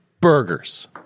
burgers